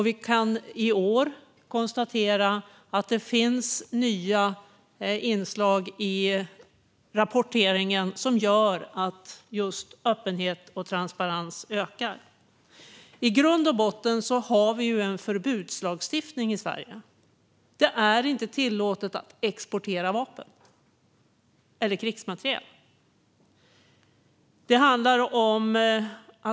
Vi kan i år konstatera att det finns nya inslag i rapporteringen som gör att just öppenhet och transparens ökar. I grund och botten har vi en förbudslagstiftning i Sverige. Det är inte tillåtet att exportera vapen eller krigsmateriel.